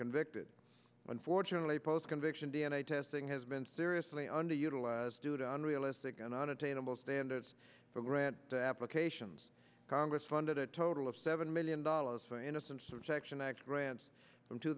convicted unfortunately post conviction d n a testing has been seriously underutilized due to unrealistic and unattainable standards for grant applications congress funded a total of seven million dollars for innocence objection act grants from two